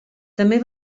també